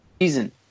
season